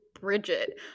Bridget